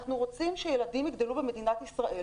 אנחנו רוצים שילדים יגדלו במדינת ישראל,